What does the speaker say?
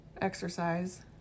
exercise